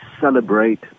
celebrate